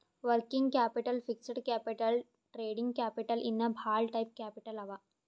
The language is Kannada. working capital, fixed capital, trading capital ಇನ್ನಾ ಭಾಳ ಟೈಪ್ ಕ್ಯಾಪಿಟಲ್ ಅವಾ